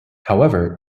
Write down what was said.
however